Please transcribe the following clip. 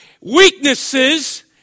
weaknesses